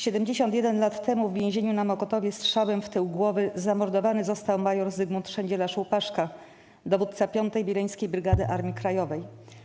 71 lat temu w więzieniu na Mokotowie strzałem w tył głowy zamordowany został mjr Zygmunt Szendzielarz ˝Łupaszka˝, dowódca 5. Wileńskiej Brygady Armii Krajowej.